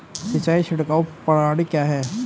सिंचाई छिड़काव प्रणाली क्या है?